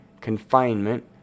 confinement